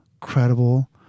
credible